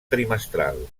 trimestral